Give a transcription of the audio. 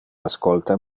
ascolta